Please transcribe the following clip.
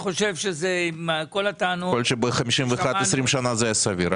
יכול להיות שבשנת 51' זה היה סביר.